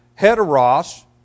Heteros